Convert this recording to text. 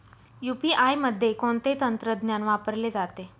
UPI मध्ये कोणते तंत्रज्ञान वापरले जाते?